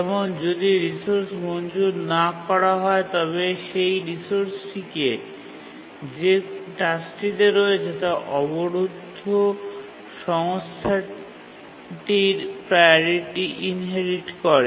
যেমন যদি রিসোর্স মঞ্জুর না করা হয় তবে সেই রিসোর্সটি যে টাস্কটিতে রয়েছে তা অবরুদ্ধ সংস্থানটির প্রাওরিটি ইনহেরিট করে